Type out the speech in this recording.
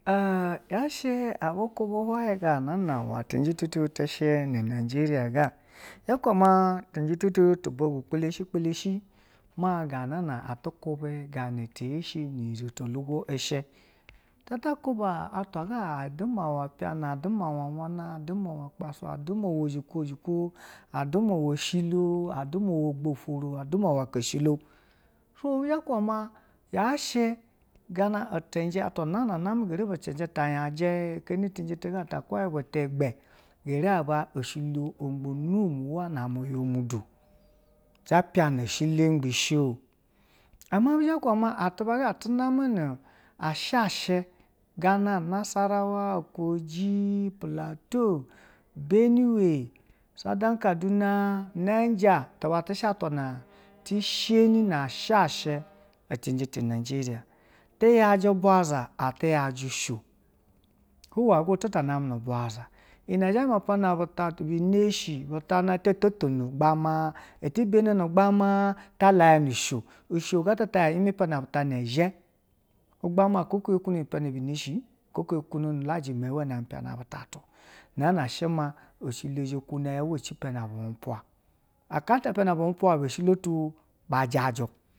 A yashe abu hube ganana cinje tutu tishe nu najeriya ga hia kubei maa tutu bogu lapeheshi kpeleshi ma gana tuyi shɛ tiyishɛ nunyizo to olugo ishɛ, tazhe takuba atwa aduma ule plana aduma we wana aduma we hpasu a duma ule e zhi lewo aduma we aeshilo, aduma uwe gbotoro aduma aka eshilo gobibizhe leuba maa yashɛ gana itinjɛ atwa nana name geri ba cinjɛ tayagi heni cinji tigata alewayibo tegbe geri aba oshulo gbo nonwa name yua mudu, za plana eshilo gbe shio ama biza kube atu gatu namɛ nu ashashi gana nasarawa, kogi, plato, benɛwe, saudan kaduna, naja ba té shɛ atwa na shenina asheshɛ inti cinje te najeriya, tiyaji bwaza ati cinje ti yajisho, huyegotu taname nu vaza, irine zhe nu plana bu tabu bu neshi buta ti zhito tono nugbama eti beni nua gbamaa ta laya nushi, bama etibeni nua gbamaa ta laya musho gatata ime pariabu tana zhe ugba ma aka ko yoku no nu piana mewe ni piana bu talu